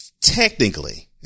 technically